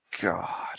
god